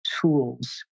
tools